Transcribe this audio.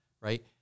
right